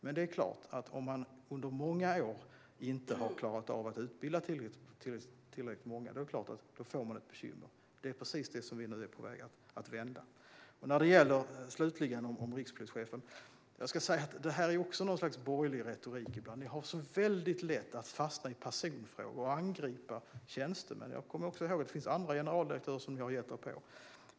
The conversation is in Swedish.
Men om man under många år inte har klarat av att utbilda tillräckligt många är det klart att man får ett bekymmer. Det är precis det som vi nu är på väg att vända. När det slutligen gäller frågan om rikspolischefen ska jag säga att det här också är något slags borgerlig retorik. Ni har så väldigt lätt att fastna i personfrågor och angripa tjänstemän. Det finns andra generaldirektörer som ni också har gett er på.